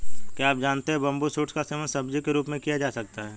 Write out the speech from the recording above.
क्या आप जानते है बम्बू शूट्स का सेवन सब्जी के रूप में किया जा सकता है?